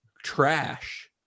Trash